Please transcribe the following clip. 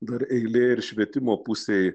dar eilė ir švietimo pusėj